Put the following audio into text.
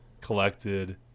collected